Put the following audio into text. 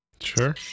Sure